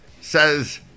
says